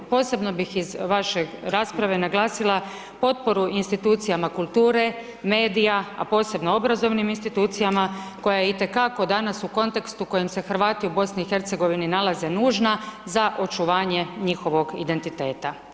Posebno bih iz vaše rasprave naglasila potporu institucije kulture, medija a posebno obrazovnim institucijama, koji je itekako danas u kontekstu kojom se Hrvati u BIH, nalaze nužna za očuvanje njihovog identiteta.